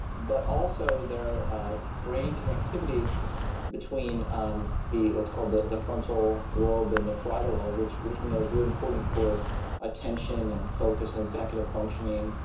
but also their brain connectivity between um the let's call the the frontal lobe and the parietal ah lobe, which we know is really important for attention and focus and executive functioning.